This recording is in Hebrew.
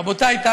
גם